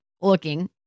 looking